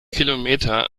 kilometer